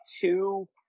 two